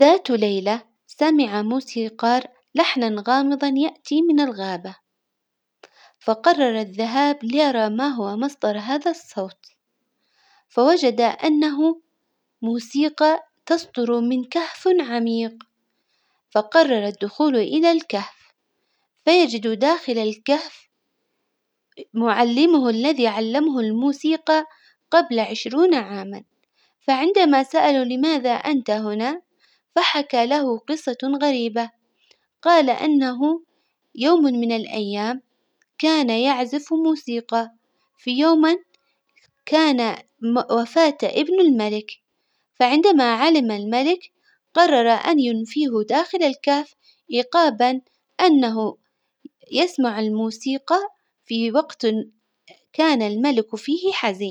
ذات ليلة سمع موسيقار لحنا غامضا يأتي من الغابة، فقرر الذهاب ليرى ما هو مصدر هذا الصوت، فوجد أنه موسيقى تصدر من كهف عميق، فقرر الدخول إلى الكهف، فيجد داخل الكهف معلمه الذي علمه الموسيقى قبل عشرون عاما، فعندما سأله لماذا أنت هنا? فحكى له قصة غريبة، قال إنه يوم من الأيام كان يعزف موسيقى في يوما كان وفاة إبن الملك، فعندما علم الملك قرر أن ينفيه داخل الكهف عقابا أنه يسمع الموسيقى في وقت كان الملك فيه حزين.